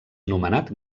nomenat